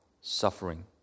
suffering